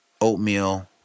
oatmeal